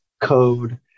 code